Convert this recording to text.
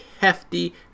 hefty